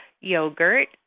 yogurt